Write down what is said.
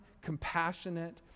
compassionate